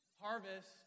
harvest